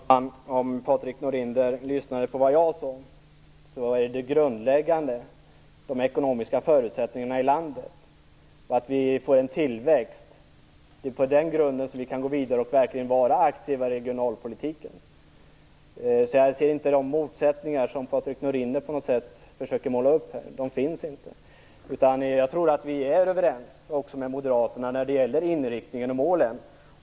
Fru talman! Om Patrik Norinder lyssnade på det jag sade hörde han att vi tycker att det grundläggande är de ekonomiska förutsättningarna i landet och att vi får en tillväxt. Det är på den grunden vi kan gå vidare och verkligen vara aktiva i regionalpolitiken. Jag ser inte de motsättningar som Patrik Norinder försöker måla upp. De finns inte. Jag tror att vi är överens, också med Moderaterna, när det gäller inriktningen och målen.